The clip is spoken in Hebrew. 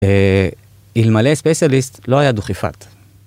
אלמלא ספייסליסט לא היה דוכיפת.